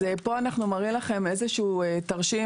פה אנחנו מראים לכם איזה שהוא תרשים.